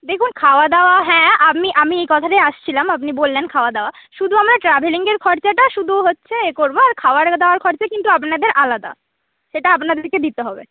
দেখুন খাওয়াদাওয়া হ্যাঁ আমি আমি এই কথাটাই আসছিলাম আপনি বললেন খাওয়াদাওয়া শুধু আমরা ট্রাভেলিংয়ের খরচটা শুধু হচ্ছে এ করবো খাওয়ারদাওয়ার খরচ কিন্তু আপনাদের আলাদা সেটা আপনাদেরকে দিতে হবে